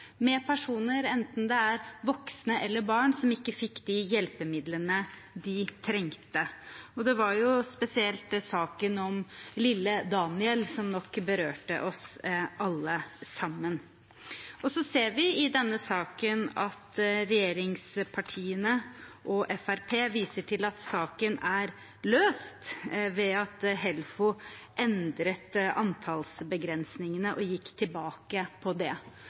med personer – enten det er voksne eller barn – som ikke fikk de hjelpemidlene de trengte. Det var spesielt saken om lille Daniel som nok berørte oss alle sammen. Så ser vi i denne saken at regjeringspartiene og Fremskrittspartiet viser til at saken er løst ved at Helfo endret antallsbegrensningene og gikk tilbake på det.